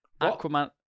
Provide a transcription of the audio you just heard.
aquaman